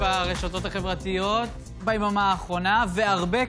אשר יגדיל את הכנסתה ביחס לדמי האבטלה ויתמרץ חזרה